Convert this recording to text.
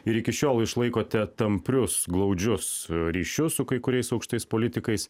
ir iki šiol išlaikote tamprius glaudžius ryšius su kai kuriais aukštais politikais